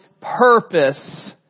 purpose